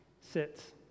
sits